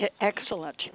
excellent